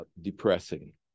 depressing